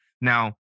Now